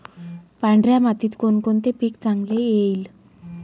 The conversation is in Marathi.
पांढऱ्या मातीत कोणकोणते पीक चांगले येईल?